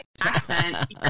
accent